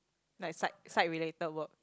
like side side related work